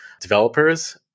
developers